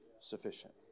sufficient